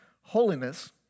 holiness